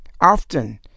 Often